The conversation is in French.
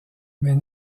mais